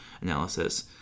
analysis